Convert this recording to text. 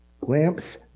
Lamps